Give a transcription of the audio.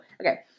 Okay